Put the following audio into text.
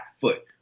foot